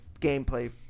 gameplay –